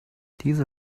diese